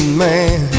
man